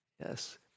Yes